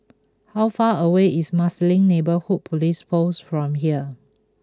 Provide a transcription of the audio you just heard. how far away is Marsiling Neighbourhood Police Post from here